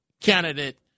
candidate